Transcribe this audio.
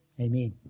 Amen